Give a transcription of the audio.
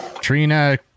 trina